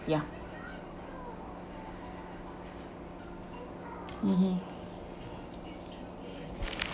ya mmhmm